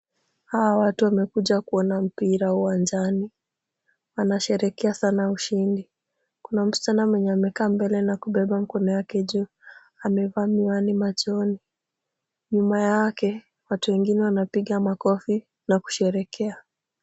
Hawa watu wamekuja kuona mpira uwanjani. Wanasherehekea sana ushindi. Kuna msichana mwenye amekaa mbele na kubeba mkono yake juu, amevaa miwani machoni. Nyuma yake, watu wengine wanapiga makofi na kusherehekea.